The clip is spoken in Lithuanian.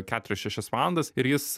keturias šešias valandas ir jis